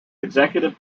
executive